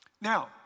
Now